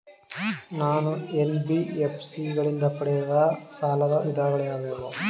ನಾನು ಎನ್.ಬಿ.ಎಫ್.ಸಿ ಗಳಿಂದ ಪಡೆಯುವ ಸಾಲದ ವಿಧಗಳಾವುವು?